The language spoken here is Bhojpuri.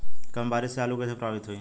कम बारिस से आलू कइसे प्रभावित होयी?